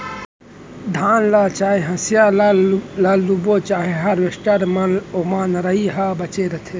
धान ल चाहे हसिया ल लूबे चाहे हारवेस्टर म ओमा नरई ह बाचे रहिथे